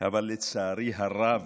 אבל לצערי הרב,